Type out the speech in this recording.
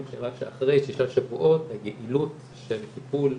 שהראה שאחרי שישה שבועות היעילות של טיפול